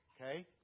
Okay